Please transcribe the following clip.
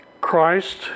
Christ